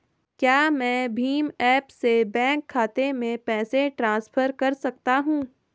क्या मैं भीम ऐप से बैंक खाते में पैसे ट्रांसफर कर सकता हूँ?